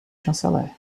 chanceler